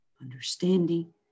understanding